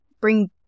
bring